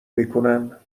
میکنن